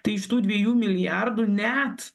tai iš tų dviejų milijardų net